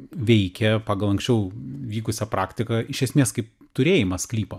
veikia pagal anksčiau vykusią praktiką iš esmės kaip turėjimas sklypo